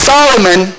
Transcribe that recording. Solomon